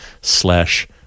slash